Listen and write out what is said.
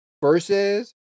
versus